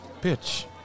pitch